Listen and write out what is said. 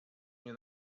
mnie